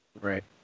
Right